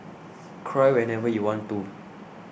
cry whenever you want to